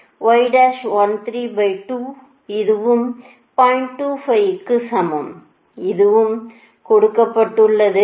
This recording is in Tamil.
25 க்கு சமம் இதுவும் கொடுக்கப்பட்டுள்ளது